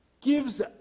gives